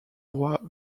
droit